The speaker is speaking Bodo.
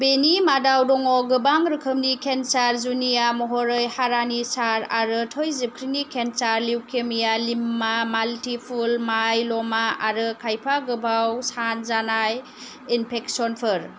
बेनि मादाव दङ गोबां रोखोमनि केन्सार जुनिया महरै हारानि सार आरो थै जिबख्रिनि cancer leukaemia lymphoma multiple myeloma आरो खायफा गोबाव सान जानाय इन्फेकसनफोर